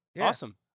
awesome